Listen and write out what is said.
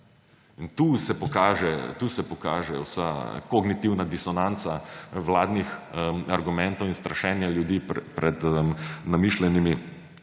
tu se pokaže vsa kognitivna disonanca vladnih argumentov in strašenje ljudi pred namišljenimi